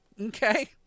Okay